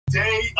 day